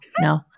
no